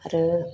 आरो